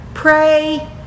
Pray